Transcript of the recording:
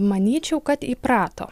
manyčiau kad įprato